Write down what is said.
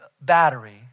battery